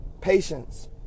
patience